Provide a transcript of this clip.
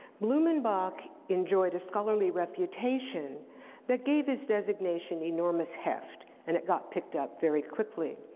blumenbach enjoyed a scholarly reputation that gave his designation enormous heft and it got picked up very quickly.